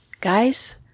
Guys